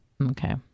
okay